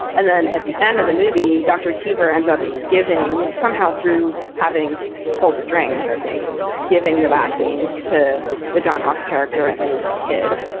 and then at the end of the movie, dr. cheever ends up giving somehow through having pulled strings, i think giving the vaccine to the john hawkes character and his kid.